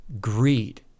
greed